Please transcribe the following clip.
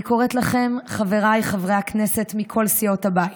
אני קוראת לכם, חבריי חברי הכנסת מכל סיעות הבית,